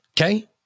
Okay